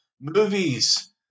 movies